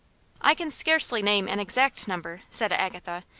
i can scarcely name an exact number, said agatha.